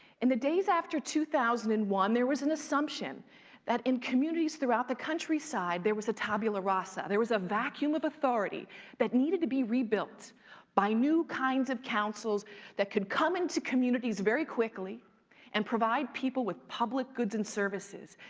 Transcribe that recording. in the days after two thousand and one, there was an assumption that in communities throughout the countryside, there was a tabula rasa. there was a vacuum of authority that needed to be rebuilt by new kinds of councils that could come into communities very quickly and provide people with public goods and services,